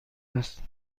است